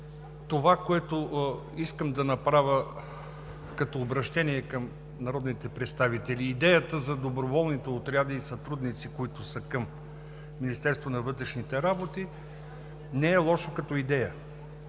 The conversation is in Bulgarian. Това, което искам да направя като обръщение към народните представители – идеята за доброволните отряди и сътрудници, които са към Министерството на вътрешните работи, не е лошо като идея,